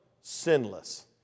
sinless